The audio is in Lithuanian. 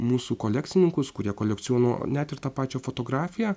mūsų kolekcininkus kurie kolekcionuo net ir ta pačią fotografiją